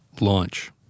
Launch